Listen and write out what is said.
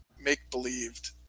make-believed